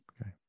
Okay